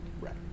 Right